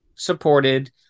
supported